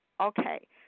Okay